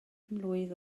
mlwydd